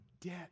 debt